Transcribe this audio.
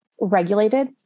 regulated